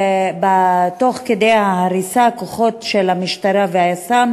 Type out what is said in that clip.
תוך כדי ההריסה כוחות של המשטרה והיס"מ